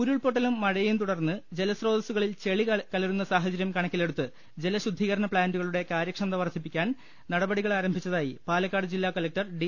ഉരുൾപൊട്ടലും മഴിയേയും തുടർന്ന് ജലസ്രോ തസ്സുകളിൽ ചെളി കലരുന്ന സാഹച്ചരൃം കണക്കിലെടുത്ത് ജല ശുദ്ധീകരണ പ്ലാന്റുകളുടെ കാര്യക്ഷമത വർധിപ്പിക്കാൻ നടപടികൾ ആരംഭിച്ചതായി പാലക്കാട് ജില്ലാ കലക്ടർ ഡി